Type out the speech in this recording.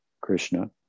Krishna